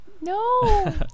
No